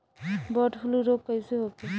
Bird flu रोग कईसे होखे?